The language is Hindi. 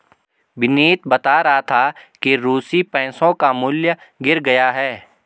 विनीत बता रहा था कि रूसी पैसों का मूल्य गिर गया है